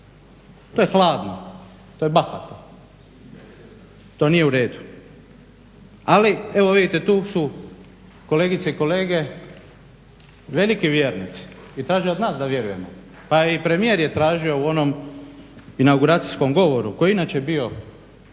To je hladno, to je bahato, to nije u redu. Ali evo vidite, tu su kolegice i kolege veliki vjernici i traže od nas da vjerujemo, pa i premijer je tražio u onom inauguracijskom govoru koji je inače bio